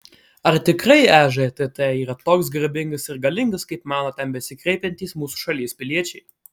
ar tikrai ežtt yra toks garbingas ir galingas kaip mano ten besikreipiantys mūsų šalies piliečiai